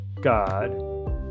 God